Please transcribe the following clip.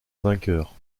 vainqueur